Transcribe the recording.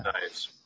nice